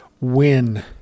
win